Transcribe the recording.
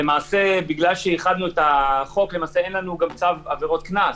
ובגלל שאיחדנו את החוק אין לנו למעשה צו עבירות קנס,